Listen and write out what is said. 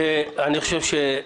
בבקשה.